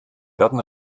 werden